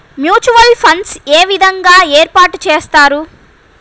Mutual funds ఏ విధంగా ఏర్పాటు చేస్తారు?